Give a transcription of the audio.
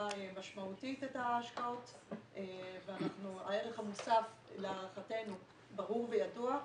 משמעותית את ההשקעות והערך המוסף להערכתנו ברור וידוע,